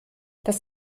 das